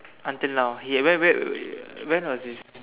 until now he at where when was this